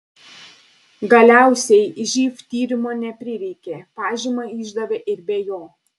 galiausiai živ tyrimo neprireikė pažymą išdavė ir be jo